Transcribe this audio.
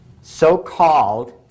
so-called